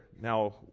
Now